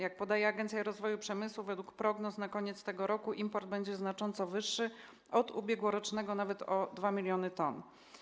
Jak podaje Agencja Rozwoju Przemysłu, według prognoz na koniec tego roku import będzie znacząco wyższy od ubiegłorocznego, nawet o 2 mln t.